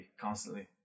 constantly